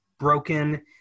broken